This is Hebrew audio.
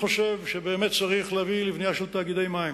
חושב שבאמת צריך להביא לבנייה של תאגידי מים